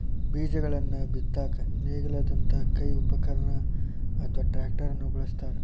ಬೇಜಗಳನ್ನ ಬಿತ್ತಾಕ ನೇಗಿಲದಂತ ಕೈ ಉಪಕರಣ ಅತ್ವಾ ಟ್ರ್ಯಾಕ್ಟರ್ ನು ಬಳಸ್ತಾರ